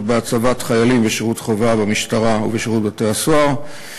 בהצבת חיילים בשירות חובה במשטרה ובשירות בתי-הסוהר.